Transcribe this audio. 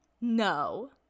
No